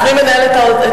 אז מי מנהל את האוצר,